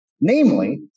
namely